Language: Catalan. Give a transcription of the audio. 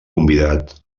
convidat